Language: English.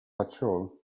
patrol